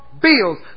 bills